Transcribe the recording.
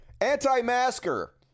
Anti-masker